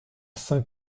saint